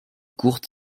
courte